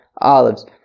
olives